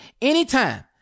anytime